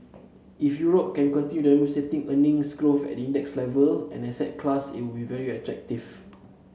if Europe can continue demonstrating earnings growth at index level as an asset class it will very attractive